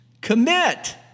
commit